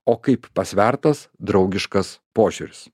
o kaip pasvertas draugiškas požiūris